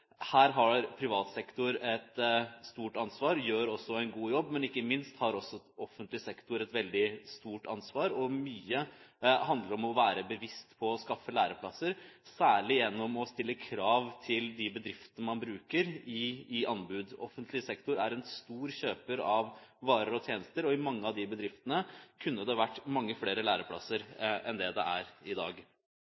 Her har privat sektor et stort ansvar og gjør også en god jobb, men ikke minst har offentlig sektor et veldig stort ansvar. Mye handler om å være bevisst på å skaffe læreplasser, særlig gjennom å stille krav til de bedriftene man bruker, i anbud. Offentlig sektor er en stor kjøper av varer og tjenester, og i mange av de bedriftene kunne det vært mange flere læreplasser